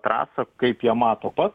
trasą kaip ją mato pats